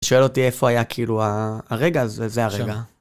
שואל אותי איפה היה כאילו הרגע הזה, זה הרגע.